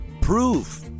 Proof